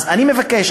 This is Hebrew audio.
אז אני מבקש,